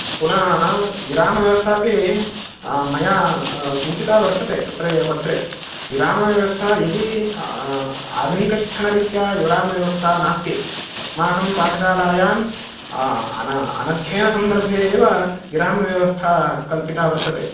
पुनः विरामव्यवस्थापि मया सूचिता वर्तते तत्र पत्रे विरामव्यवस्था यदि आधुनिकशिक्षणरीत्या विरामव्यवस्था नास्ति अस्माकं पाठशालायां अन अनध्ययनसन्दर्भे एव विरामव्यवस्था कल्पिता वर्तते